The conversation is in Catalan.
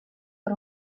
per